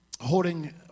holding